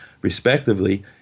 respectively